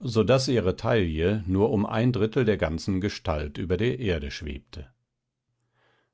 so daß ihre taille nur um ein drittel der ganzen gestalt über der erde schwebte